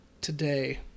today